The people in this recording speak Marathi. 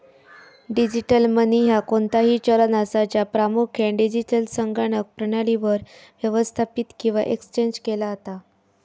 डिजिटल मनी ह्या कोणताही चलन असा, ज्या प्रामुख्यान डिजिटल संगणक प्रणालीवर व्यवस्थापित किंवा एक्सचेंज केला जाता